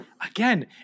Again